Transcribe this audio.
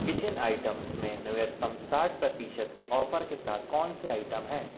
kitchen items में न्यूनतम साठ प्रतिशत के ऑफ़र के साथ कौन से आइटम हैं